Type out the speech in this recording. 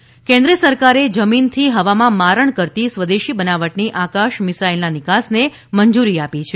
આકાશ missile કેન્દ્રસરકારે જમીનથી હવામાં મારણ કરતી સ્વદેશી બનાવટની આકાશ મિસાઇલના નિકાસને મંજૂરી આપી છે